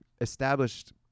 established